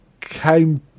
came